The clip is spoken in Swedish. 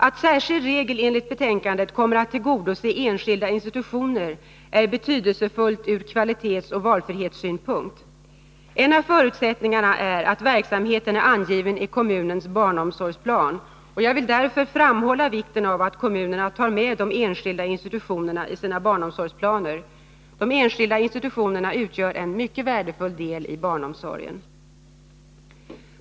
Att särskild regel enligt betänkandet kommer att tillgodose enskilda institutioner är betydelsefullt ur kvalitetsoch valfrihetssynpunkt. En av förutsättningarna är att verksamheten är angiven i kommunens barnomsorgsplan. Jag vill därför framhålla vikten av att kommunerna tar med de enskilda institutionerna i sina barnomsorgsplaner. De enskilda institutionerna utgör en mycket värdefull del i barnomsorgen.